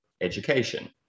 education